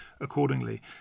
accordingly